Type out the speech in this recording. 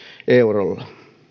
eurolla